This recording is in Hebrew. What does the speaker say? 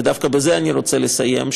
ודווקא בזה אני רוצה לסיים,